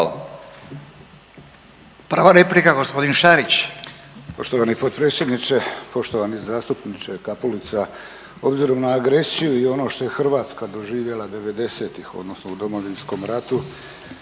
Prva replika gospodin Šarić.